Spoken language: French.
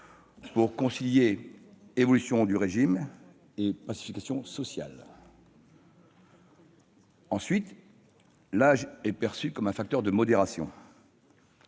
pour concilier évolution du régime et pacification sociale. Ensuite, l'âge est perçu comme un facteur de modération.